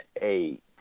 eight